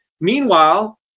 Meanwhile